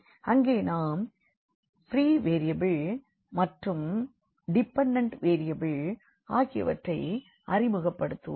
அங்கே நாம் free variable மற்றும் டிபண்டண்ட் வேரியபிள் ஆகியவற்றை அறிமுகப்படுத்துவோம்